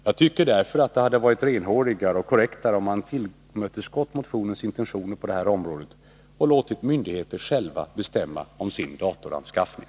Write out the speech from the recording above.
Jag tycker därför det hade varit renhårigare och korrektare om man tillmötesgått motionens intentioner på det här området och låtit myndigheterna själva bestämma om sin datoranskaffning.